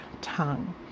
tongue